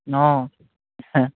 অঁ